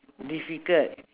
difficult